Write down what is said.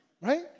Right